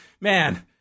man